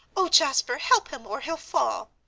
oh, jasper, help him or he'll fall!